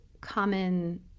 common